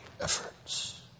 efforts